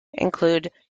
include